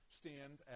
stand